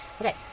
Okay